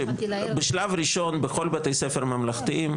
בשלב ראשון בכל בתי הספר הממלכתיים,